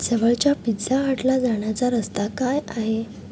जवळच्या पिझ्झा हटला जाण्याचा रस्ता काय आहे